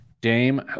Dame